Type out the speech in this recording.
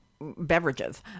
beverages